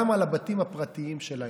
גם על הבתים הפרטיים שלהם.